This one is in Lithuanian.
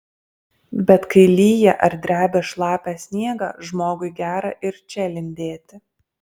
bet kai lyja ar drebia šlapią sniegą žmogui gera ir čia lindėti